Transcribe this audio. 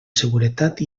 seguretat